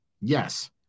yes